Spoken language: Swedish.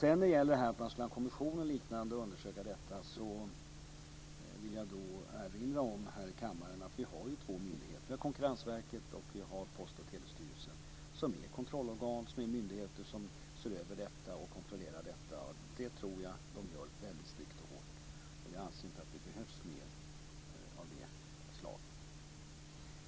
När det gäller att tillsätta en kommission eller liknande som skulle undersöka detta vill jag här i kammaren erinra om att vi har två myndigheter, Konkurrensverket och Post och telestyrelsen, som är kontrollorgan och som ser över och kontrollerar detta. Jag tror att de gör det väldigt strikt och hårt. Jag anser inte att det behövs mer av det slaget.